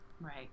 right